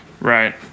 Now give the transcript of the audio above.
Right